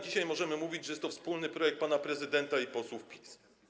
Dzisiaj już możemy mówić, że jest to wspólny projekt pana prezydenta i posłów PiS.